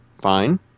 fine